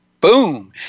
boom